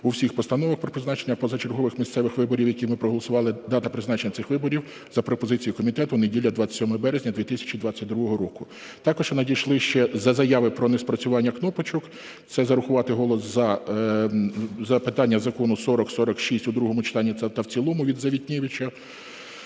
у всіх постановах про призначення позачергових місцевих виборів, які ми проголосували, дата призначення цих виборів за пропозицією комітету – неділя 27 березня 2022 року. Також надійшли ще за заяви про неспрацювання кнопочок. Це зарахувати голос "за" за питання Закону 4046 у другому читанні та в цілому – від Завітневича.